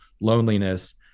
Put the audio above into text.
loneliness